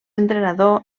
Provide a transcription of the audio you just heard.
entrenador